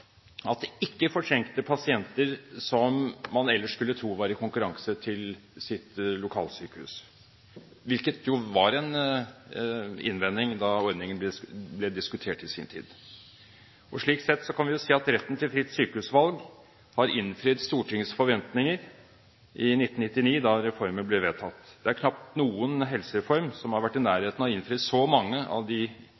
at det ikke fortrengte pasienter som man ellers skulle tro var i konkurranse til sitt lokalsykehus, hvilket jo var en innvending da ordningen ble diskutert i sin tid. Slik sett kan vi si at retten til fritt sykehusvalg har innfridd Stortingets forventninger i 1999, da reformen ble vedtatt. Det er knapt noen helsereform som har vært i